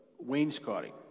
wainscoting